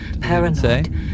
Paranoid